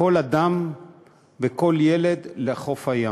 אדם וכל ילד יכולים להגיע בתחבורה ציבורית לחוף הים.